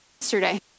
yesterday